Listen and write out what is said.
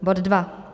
Bod dva.